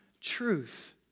truth